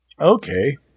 Okay